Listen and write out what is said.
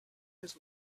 his